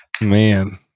Man